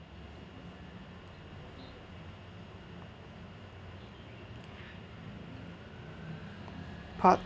part